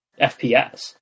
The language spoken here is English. FPS